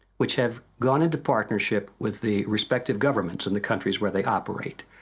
which have gone into partnership with the respected governments in the countries where they operate,